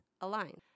align